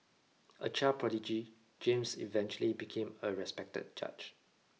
a child prodigy James eventually became a respected judge